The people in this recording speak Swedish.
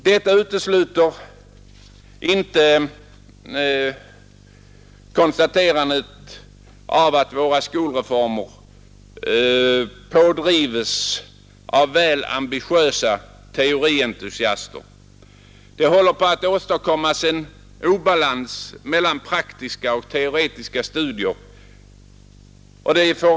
Detta utesluter inte konstaterandet att vårt skolreformerande, pådrivet av väl ambitiösa ”teorientusiaster”, håller på att åstadkomma en obalans mellan praktiska och teoretiska studier.